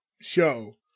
show